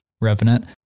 Revenant